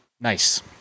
nice